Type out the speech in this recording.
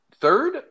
third